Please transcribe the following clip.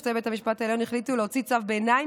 שופטי בית המשפט העליון החליטו להוציא צו ביניים